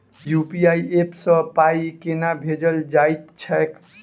UPI app सँ पाई केना भेजल जाइत छैक?